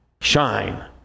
shine